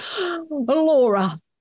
laura